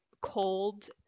cold